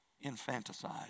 infanticide